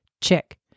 Check